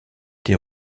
été